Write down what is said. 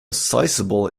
sizable